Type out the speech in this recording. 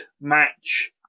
match